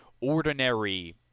ordinary